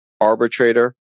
arbitrator